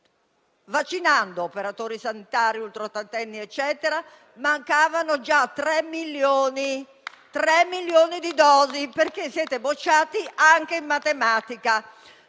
vaccinando operatori sanitari e ultraottantenni, sarebbero mancati 3 milioni di dosi. Siete bocciati anche in matematica.